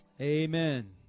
Amen